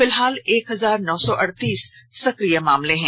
फिलहाल एक हजार नौ सौ अड़तीस सक्रिय मामले हैं